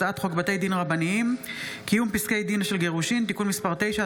הצעת חוק בתי דין רבניים (קיום פסקי דין של גירושין) (תיקון מס' 9),